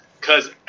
Cause